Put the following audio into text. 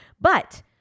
But-